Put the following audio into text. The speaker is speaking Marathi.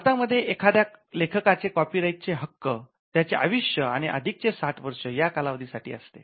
भारतामध्ये एखाद्या लेखकाचे कॉपीराईट चे हक्क त्याचे आयुष्य आणि अधिक चे साठ वर्ष या कालावधी साठी असते